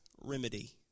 remedy